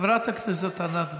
חברת כנסת ענת ברקו,